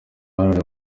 wahariwe